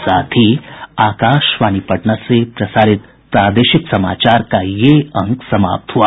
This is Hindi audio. इसके साथ ही आकाशवाणी पटना से प्रसारित प्रादेशिक समाचार का ये अंक समाप्त हुआ